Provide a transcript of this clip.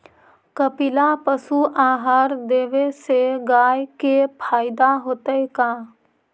कपिला पशु आहार देवे से गाय के फायदा होतै का?